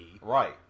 Right